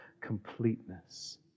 completeness